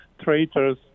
traitors